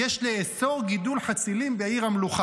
יש לאסור גידול חצילים בעיר המלוכה.